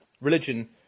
religion